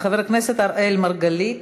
חבר הכנסת אראל מרגלית,